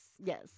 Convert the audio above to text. yes